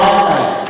מה התנאי?